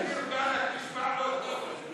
נשמע לא טוב.